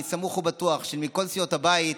ואני סמוך ובטוח שמכל סיעות הבית